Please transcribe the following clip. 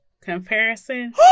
comparison